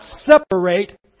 separate